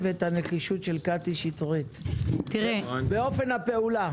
ואת הנחישות של קטי שטרית באופן הפעולה.